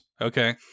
Okay